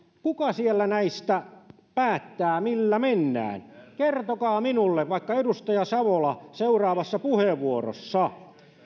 kuka siellä näistä päättää millä mennään kertokaa minulle vaikka edustaja savola seuraavassa puheenvuorossa